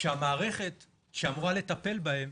כשהמערכת שאמורה לטפל בהם